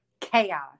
chaos